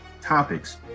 topics